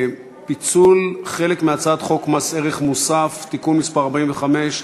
פיצול חלק מהצעת חוק מס ערך מוסף (תיקון מס' 45),